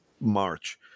March